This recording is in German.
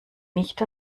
nicht